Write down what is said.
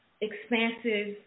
expansive